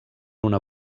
una